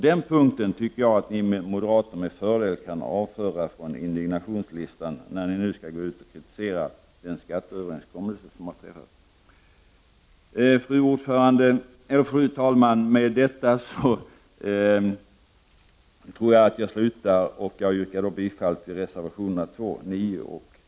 Den punkten kan moderaterna med fördel avföra från indignationslistan när de skall ut och kritisera den skatteöverenskommelse som har träffats. Fru talman! Med det anförda ber jag att få yrka bifall till reservationerna 2,9 och 21.